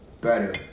Better